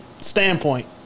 standpoint